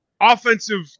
offensive